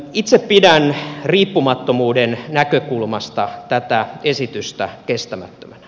itse pidän riippumattomuuden näkökulmasta tätä esitystä kestämättömänä